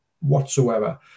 whatsoever